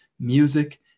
music